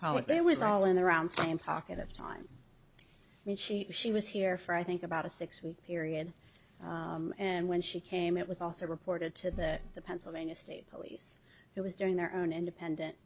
they was all in the round and pocket of time i mean she she was here for i think about a six week period and when she came it was also reported to that the pennsylvania state police it was during their own independent